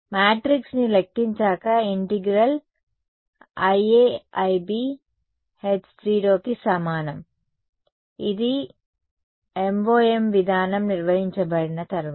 matrix ని లెక్కించాక integral IAIB h 0 కి సమానం ఇది MoM విధానం నిర్వహించబడిన తర్వాత